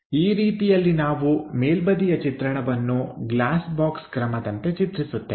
ಈ ರೀತಿಯಲ್ಲಿ ನಾವು ಮೇಲ್ಬದಿಯ ಚಿತ್ರಣವನ್ನು ಗ್ಲಾಸ್ ಬಾಕ್ಸ್ ಕ್ರಮದಂತೆ ಚಿತ್ರಿಸುತ್ತೇವೆ